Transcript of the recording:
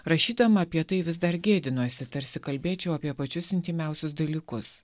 rašydama apie tai vis dar gėdinuosi tarsi kalbėčiau apie pačius intymiausius dalykus